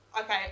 Okay